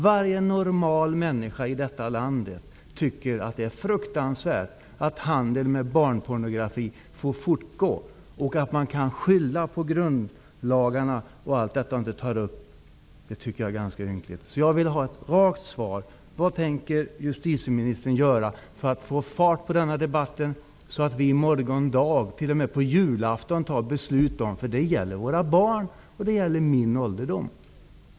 Varje normal människa i detta land tycker att det är fruktansvärt att handeln med barnpornografi får fortgå och att man kan skylla på grundlagarna. fattar ett beslut? Det gäller våra barn och vår ålderdom.